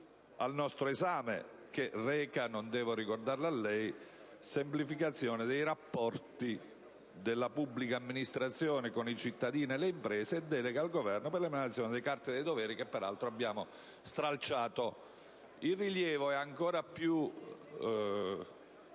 Il rilievo è ancora più